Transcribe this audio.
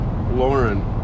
Lauren